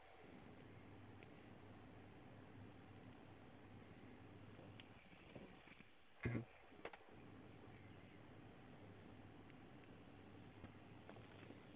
mmhmm